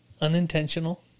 unintentional